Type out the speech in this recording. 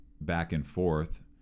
back-and-forth